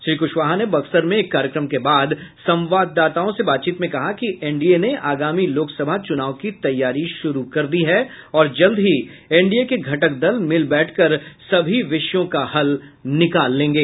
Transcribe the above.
श्री कुशवाहा ने बक्सर में एक कार्यक्रम के बाद संवाददाताओं से बातचीत में कहा कि एनडीए ने आगामी लोकसभा चुनाव की तैयारी शुरू कर दी है और जल्द ही एनडीए के घटक दल मिल बैठकर सभी विषयों का हल निकाल लेंगे